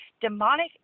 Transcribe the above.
demonic